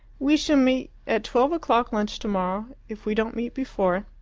we shall meet at twelve o'clock lunch tomorrow, if we don't meet before.